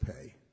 pay